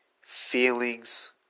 feelings